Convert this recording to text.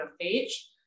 page